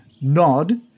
nod